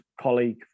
colleague